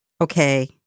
okay